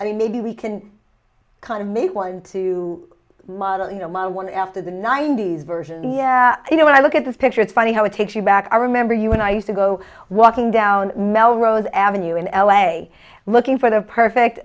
i mean maybe we can kind of make one to model you know model one after the ninety's version you know when i look at this picture it's funny how it takes you back i remember you when i used to go walking down melrose avenue in l a looking for the perfect